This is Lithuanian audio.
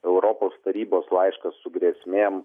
europos tarybos laiškas su grėsmėm